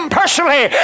personally